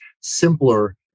simpler